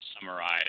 summarize